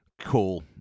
Cool